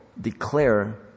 declare